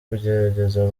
kugerageza